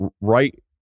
right